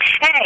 Hey